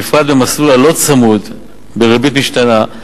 בפרט במסלול הלא-צמוד בריבית משתנה,